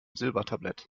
silbertablett